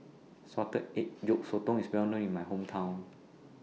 Salted Egg Yolk Sotong IS Well known in My Hometown